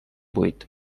buit